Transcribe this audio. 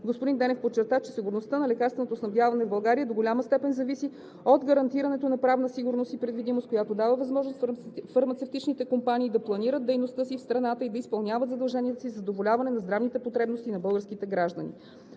Господин Денев подчерта, че сигурността на лекарственото снабдяване в България до голяма степен зависи от гарантирането на правната сигурност и предвидимост, която дава възможност фармацевтичните компании да планират дейността си в страната и да изпълняват задълженията си за задоволяване на здравните потребности на българските граждани.